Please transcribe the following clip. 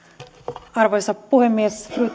arvoisa puhemies